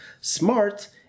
SMART